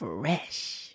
Fresh